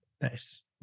Nice